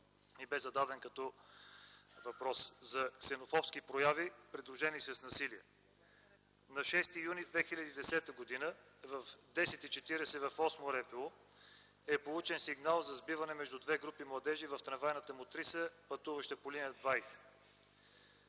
към отговор на въпроса Ви – за ксенофобски прояви, придружени с насилие. На 6 юни 2010 г. в 10,40 ч. в Осмо РПУ е получен сигнал за сбиване между две групи младежи в трамвайната мотриса, пътуваща по линия № 20.